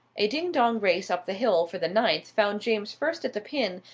a ding-dong race up the hill for the ninth found james first at the pin,